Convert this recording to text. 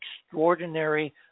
extraordinary